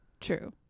True